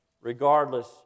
regardless